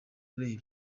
urebye